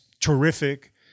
terrific